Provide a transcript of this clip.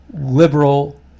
liberal